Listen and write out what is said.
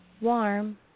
warm